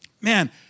man